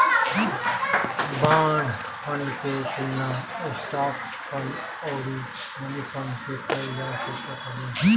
bond fund के तुलना stock fund अउरी मनीफंड से कईल जा सकत हवे